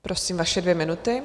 Prosím, vaše dvě minuty.